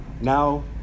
Now